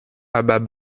aber